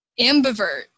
ambivert